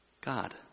God